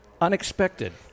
Unexpected